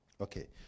Okay